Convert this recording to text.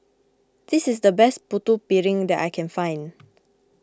this is the best Putu Piring that I can find